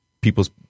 people's